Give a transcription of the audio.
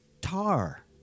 Tar